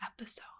episode